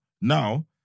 now